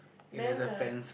then the